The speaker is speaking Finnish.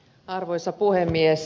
arvoisa puhemies